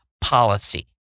policy